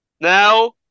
now